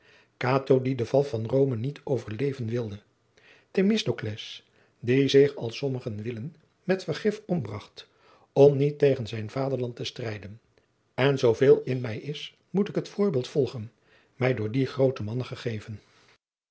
die den val van rome niet overleven wilde themistocles die zich als sommigen willen met vergif ombracht om niet tegen zijn vaderland te strijden en zoo veel in mij is moet ik het voorbeeld volgen mij door die groote mannen gegeven